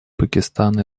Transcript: пакистан